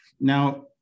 Now